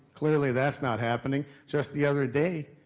clearly, that's not happening. just the other day,